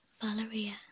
Valeria